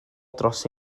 dros